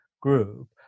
group